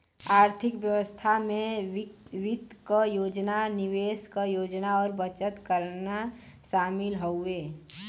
आर्थिक व्यवस्था में वित्त क योजना निवेश क योजना और बचत करना शामिल हउवे